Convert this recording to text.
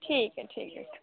ठीक ऐ ठीक ऐ